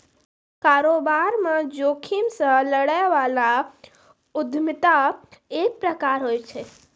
कारोबार म जोखिम से लड़ै बला उद्यमिता एक प्रकार होय छै